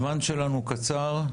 הזמן שלנו קצר,